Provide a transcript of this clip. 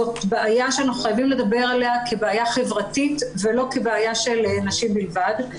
זו בעיה שאנחנו חייבים לדבר עליה כבעיה חברתית ולא כבעיה של נשים בלבד.